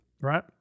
right